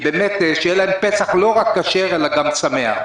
באמת שיהיה להם פסח לא רק כשר אלא גם שמח.